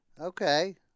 Okay